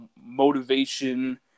motivation